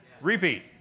repeat